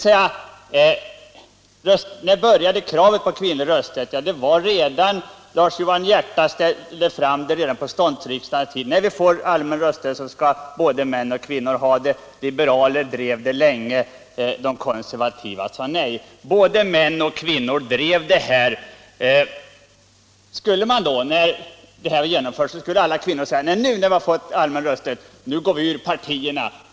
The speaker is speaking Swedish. När började kraven på kvinnlig rösträtt? Ja, redan Lars Johan Hierta förde fram förslag. Liberaler ansåg att när vi fick allmän rösträtt så skulle både män och kvinnor ha det. De drev detta krav länge, men de konservativa sade nej. Både män och kvinnor ställde kravet. När man då fick den allmänna rösträtten, skulle kvinnorna då säga: Nu går vi ur partierna!